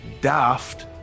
DAFT